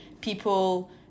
people